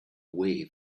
way